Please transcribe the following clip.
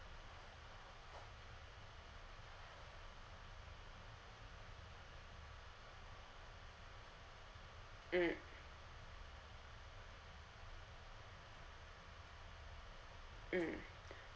mm mm